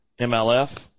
MLF